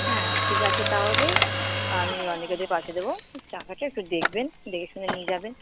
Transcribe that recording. হ্যাঁ ঠিক আছে তাহলে আমি রনিকে দিয়ে পাঠিয়ে দেব টাকাটা একটু দেখবেন দেখে শুনে নিয়ে যাবেন